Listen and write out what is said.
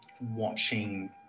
watching